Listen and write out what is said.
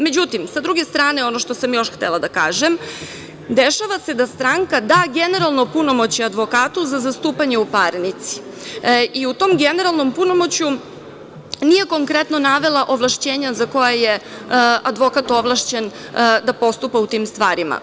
Međutim, sa druge strane, ono što sam još htela da kažem, dešava se da stranka da generalno punomoćje advokatu za zastupanje u parnici i u tom generalnom punomoćju nije konkretno navela ovlašćenja za koja je advokat ovlašćen da postupa u tim stvarima.